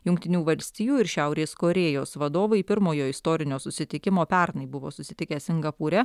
jungtinių valstijų ir šiaurės korėjos vadovai pirmojo istorinio susitikimo pernai buvo susitikę singapūre